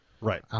right